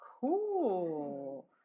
Cool